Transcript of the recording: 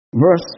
Verse